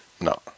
No